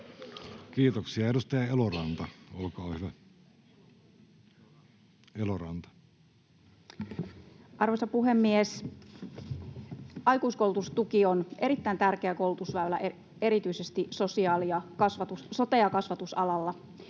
Kiitoksia. — Edustaja Eloranta, olkaa hyvä. Arvoisa puhemies! Aikuiskoulutustuki on erittäin tärkeä koulutusväylä erityisesti sote- ja kasvatusalalla.